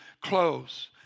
close